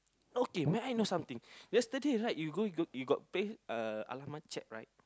okay may I know something yesterday right you go go you got play uh right